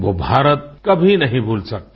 वो भारत कभी नहीं भूल सकता